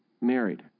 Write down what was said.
married